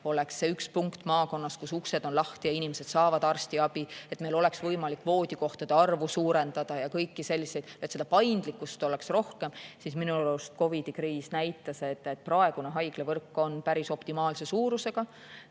olukorras see üks punkt maakonnas, kus uksed on lahti ja inimesed saavad arstiabi, et meil oleks võimalik voodikohtade arvu suurendada ja kõiki selliseid [asju teha], et paindlikkust oleks rohkem. Minu arust COVID-i kriis näitas, et praegune haiglavõrk on päris optimaalse suurusega.